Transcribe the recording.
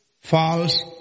false